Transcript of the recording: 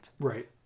Right